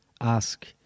ask